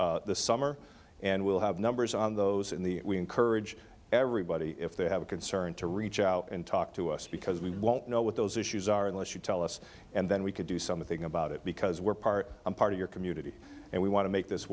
up this summer and we'll have numbers on those in the we encourage everybody if they have a concern to reach out and talk to us because we won't know what those issues are unless you tell us and then we can do something about it because we're part and part of your community and we want to make this